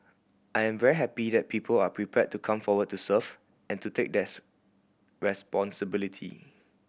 I am very happy that people are prepared to come forward to serve and to take theirs responsibility